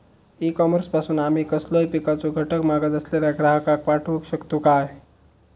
E commerce पासून आमी कसलोय पिकाचो घटक मागत असलेल्या ग्राहकाक पाठउक शकतू काय?